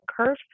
curve